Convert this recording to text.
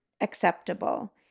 acceptable